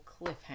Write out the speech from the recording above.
cliffhanger